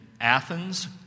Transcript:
Athens